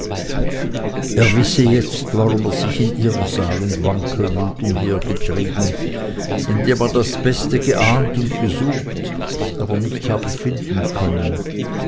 er wisse jetzt warum er sich in irrsal und wankelmut umgetrieben indem er das beste geahnt und gesucht aber nicht habe finden können